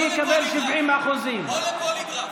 אני אקבל 70%. בוא לפוליגרף.